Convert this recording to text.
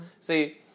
See